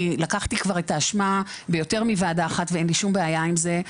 לקחתי כבר את האשמה ביותר מוועדה אחת ואין לי שום בעיה עם זה.